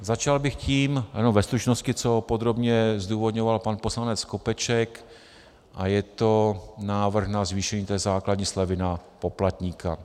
Začal bych tím, jenom ve stručnosti, co podrobně zdůvodňoval pan poslanec Skopeček a je to návrh na zvýšení základní slevy na poplatníka.